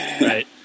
Right